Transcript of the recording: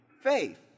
faith